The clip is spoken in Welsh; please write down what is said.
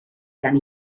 gan